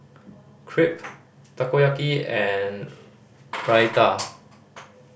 Crepe Takoyaki and Raita